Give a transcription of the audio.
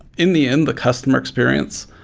in the end, the customer experience.